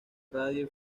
radio